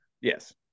Yes